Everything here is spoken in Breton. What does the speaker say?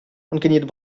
ankeniet